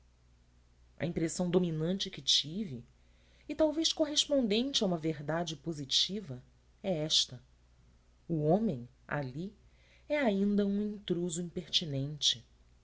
a impressão dominante que tive e talvez correspondente a uma verdade positiva é esta o homem ali é ainda um intruso impertinente